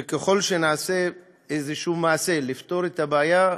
וככל שנעשה איזה מעשה לפתור את הבעיה,